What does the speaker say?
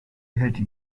hate